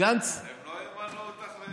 הם לא ימנו אותך לשגרירה,